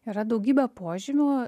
yra daugybė požymių